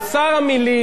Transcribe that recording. גם בדיון הזה,